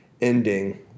ending